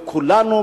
וכולנו,